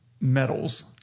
metals